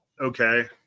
okay